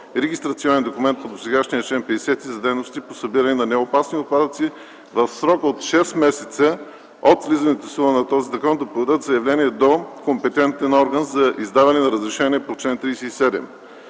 регистрационен документ по досегашния чл. 50 за дейностите по събиране на неопасни отпадъци, в срок от 6 месеца от влизането в сила на този закон да подадат заявление до компетентен орган за издаване на разрешение по чл. 37.